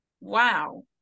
wow